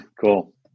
Cool